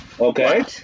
Okay